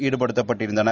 ஈடுபடுத்தப்பட்டிருந்தனர்